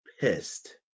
pissed